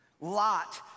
Lot